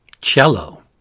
Cello